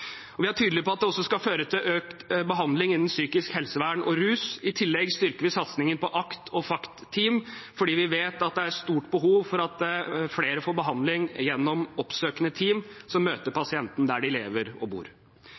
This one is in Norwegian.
Vi er tydelige på at det også skal føre til økt behandling innen psykisk helsevern og rus. I tillegg styrker vi satsingen på ACT- og FACT-team fordi vi vet at det er et stort behov for at flere får behandling gjennom oppsøkende team, som møter pasienten der de lever og bor.